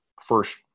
first